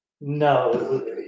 No